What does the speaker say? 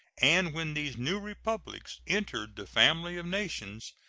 and when these new republics entered the family of nations,